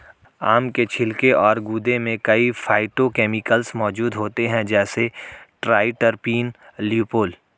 आम के छिलके और गूदे में कई फाइटोकेमिकल्स मौजूद होते हैं, जैसे ट्राइटरपीन, ल्यूपोल